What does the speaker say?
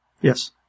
Yes